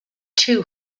too